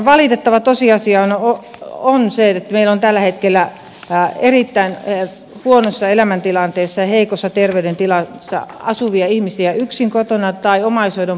valitettava tosiasiahan on se että meillä on tällä hetkellä erittäin huonossa elämäntilanteessa ja heikossa terveydentilassa asuvia ihmisiä yksin kotona tai omaishoidon parissa